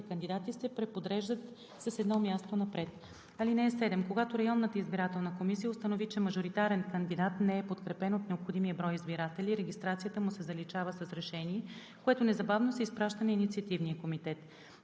кандидати се преподреждат с едно място напред. (7) Когато Районната избирателна комисия установи, че мажоритарен кандидат не е подкрепен от необходимия брой избиратели, регистрацията му се заличава с решение, което незабавно се изпраща на инициативния комитет.